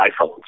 iPhones